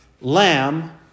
lamb